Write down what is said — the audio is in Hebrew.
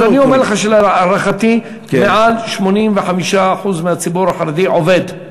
אז אני אומר לך שלהערכתי יותר מ-85% מהציבור החרדי עובד.